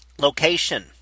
location